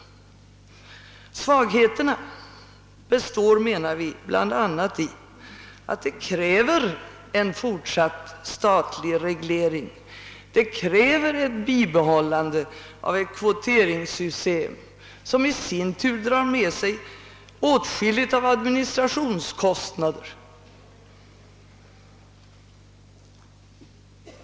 Svagheterna består, menar vi, bl.a. i att systemet kräver en fortsatt statlig reglering, ett bibehållande av ett kvoteringssystem som i sin tur drar med sig åtskilligt av administrationskostna der.